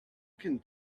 can